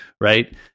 right